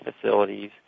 facilities